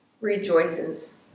rejoices